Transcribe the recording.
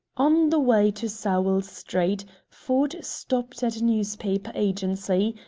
on the way to sowell street ford stopped at a newspaper agency,